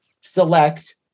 select